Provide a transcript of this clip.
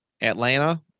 Atlanta